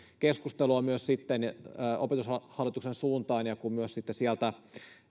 keskustelua myös opetushallituksen suuntaan ja kun myös sieltä